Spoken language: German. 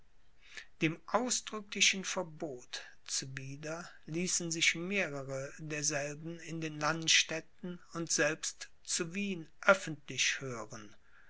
dem ausdrücklichen verbot zuwider ließen sich mehrere derselben in den landstädten und selbst zu wien öffentlich hören